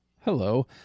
hello